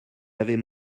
avez